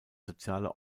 soziale